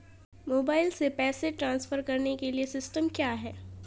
Mobile से पैसे transfer करने के लिए सिस्टम क्या है?